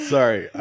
Sorry